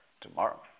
Tomorrow